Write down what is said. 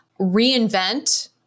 Reinvent